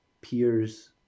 peers